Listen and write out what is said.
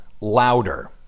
louder